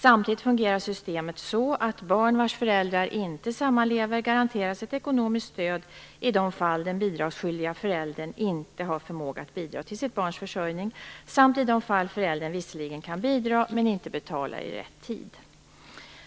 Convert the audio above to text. Samtidigt fungerar systemet så att barn vars föräldrar inte sammanlever garanteras ett ekonomiskt stöd i de fall den bidragsskyldiga föräldern inte har förmåga att bidra till sitt barns försörjning samt i de fall föräldern visserligen kan bidra men inte betalar i rätt tid.